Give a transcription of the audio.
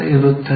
ಇರುತ್ತದೆ